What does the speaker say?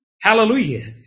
Hallelujah